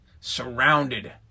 Surrounded